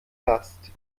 last